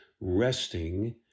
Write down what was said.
resting